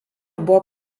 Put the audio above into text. buvo